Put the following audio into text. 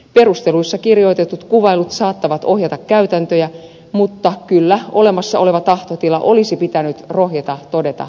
perusteluissa kirjoitetut kuvailut saattavat ohjata käytäntöjä mutta kyllä olemassa oleva tahtotila olisi pitänyt rohjeta todeta lain tasolla